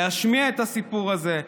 להשמיע את הסיפור הזה,